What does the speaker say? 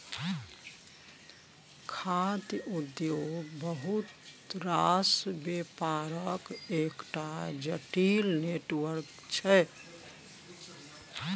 खाद्य उद्योग बहुत रास बेपारक एकटा जटिल नेटवर्क छै